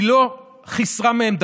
היא לא חיסרה מהם דבר.